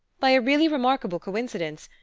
by a really remarkable coincidence,